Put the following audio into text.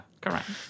Correct